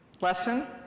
Lesson